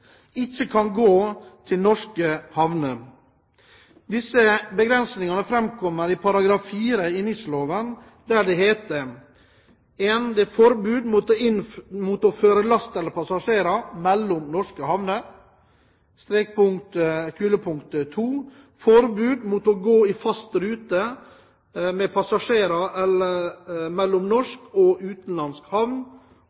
ikke kan gå til norske havner. Disse begrensningene framkommer av § 4 i NIS-loven, der det står at det er forbud mot «å føre last eller passasjerer mellom norske havner», forbud mot «å gå i fast rute med passasjerer mellom norsk og utenlandsk havn» og forbud mot å gå med last eller passasjerer mellom